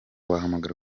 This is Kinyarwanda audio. wahamagara